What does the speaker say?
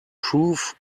proof